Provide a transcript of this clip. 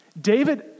David